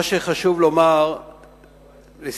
מה שחשוב לומר לסיום